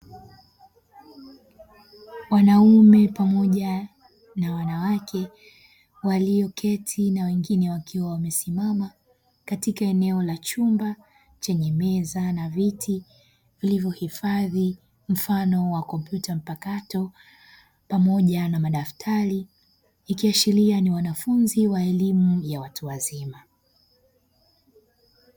Wanaume pamoja na wanawake walioketi na wengine wakiwa wamesimama katika eneo la chumba chenye meza na viti vilivyohifadhi mfano wa kompyuta mpakato pamoja na madaftari, ikiashiria ni wanafunzi wa elimu ya watu wazima.